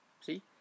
See